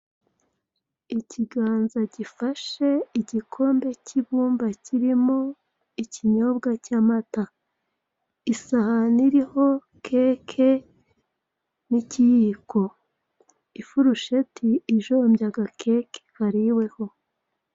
Ikiganza gifashe igikombe cy'ibumba kirimo ikinyobwa cy'amata, isahani iriho keke n'ikiyiko, ifurusheti ijombye agakeke kariweho.